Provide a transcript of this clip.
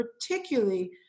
particularly